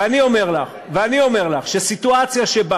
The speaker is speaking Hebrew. ואני אומר לך שסיטואציה שבה